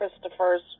Christopher's